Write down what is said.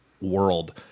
world